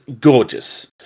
gorgeous